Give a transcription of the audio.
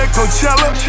Coachella